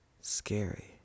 scary